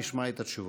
נשמע את התשובות.